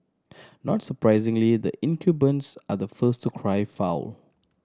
not surprisingly the incumbents are the first to cry foul